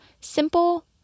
simple